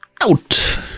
out